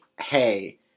hey